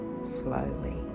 slowly